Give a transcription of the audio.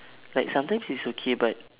like sometimes it's okay but